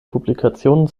publikationen